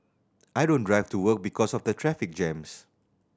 I don't drive to work because of the traffic jams